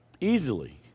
easily